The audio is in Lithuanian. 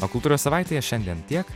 o kultūros savaitėje šiandien tiek